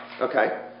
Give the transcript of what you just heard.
Okay